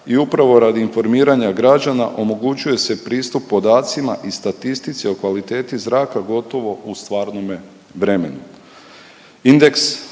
i upravo radi informiranja zraka omogućuje se pristup podacima i statistici o kvaliteti zraka gotovo u stvarnome vremenu.